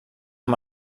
amb